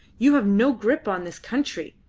you have no grip on this country.